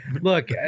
look